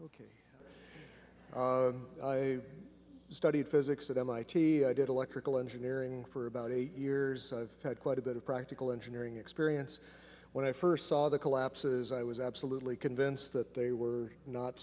thank studied physics at mit i did electrical engineering for about eight years had quite a bit of practical engineering experience when i first saw the collapses i was absolutely convinced that they were not